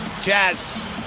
Jazz